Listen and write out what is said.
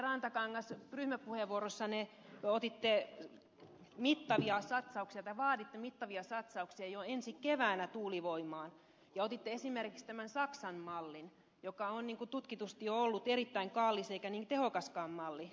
rantakangas ryhmäpuheenvuorossanne vaaditte mittavia satsauksia jo ensi keväänä tuulivoimaan ja otitte esimerkiksi tämän saksan mallin joka on tutkitusti ollut erittäin kallis eikä niin tehokaskaan malli